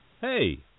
Hey